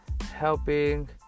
helping